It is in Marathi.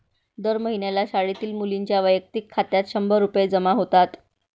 दर महिन्याला शाळेतील मुलींच्या वैयक्तिक खात्यात शंभर रुपये जमा होतात